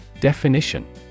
Definition